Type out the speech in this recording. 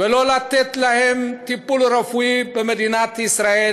ולא לתת להם טיפול רפואי במדינת ישראל.